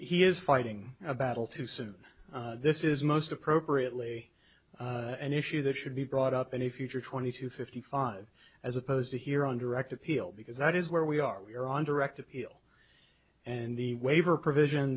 he is fighting a battle too soon this is most appropriately an issue that should be brought up any future twenty two fifty five as opposed to here on direct appeal because that is where we are we are on direct appeal and the waiver provision